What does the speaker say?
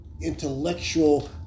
intellectual